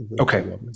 Okay